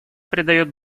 придает